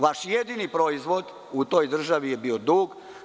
Vaš jedini proizvod u toj državi je bio dug.